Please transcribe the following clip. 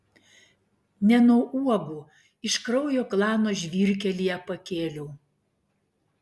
ne nuo uogų iš kraujo klano žvyrkelyje pakėliau